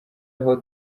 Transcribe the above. aho